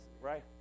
right